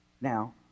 Now